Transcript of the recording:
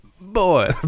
boy